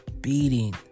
beating